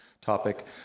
topic